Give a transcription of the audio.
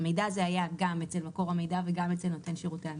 המידע הזה היה גם אצל מקור המידע וגם אצל נותן שירותי המידע.